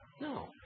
No